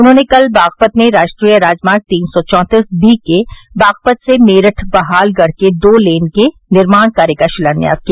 उन्होंने कल बागपत में राष्ट्रीय राजमार्ग तीन सौ चौंतीस बी के बागपत से मेरठ बहालगढ़ के रो लेन के निर्माण कार्य का शिलान्यास किया